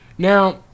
Now